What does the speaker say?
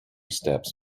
steps